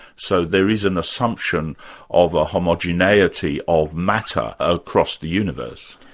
so there is an assumption of a homogeneity of matter across the universe.